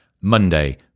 Monday